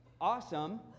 Awesome